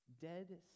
dead